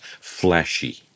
flashy